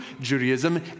Judaism